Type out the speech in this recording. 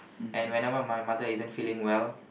and whenever my mother isn't feeling well